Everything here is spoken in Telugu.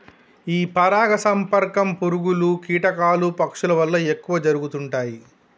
ఈ పరాగ సంపర్కం పురుగులు, కీటకాలు, పక్షుల వల్ల ఎక్కువ జరుగుతుంటాయి